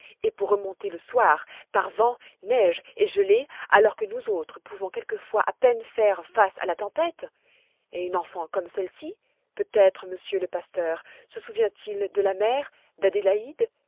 et remonter le soir par vent neige et gelée alors que flous autres pouvons quelquefois à peine faire face à la tempête et une enfant comme celle-ci peut-être monsieur le pasteur se souvient-il de la mère d'adélaïde